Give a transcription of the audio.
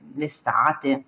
l'estate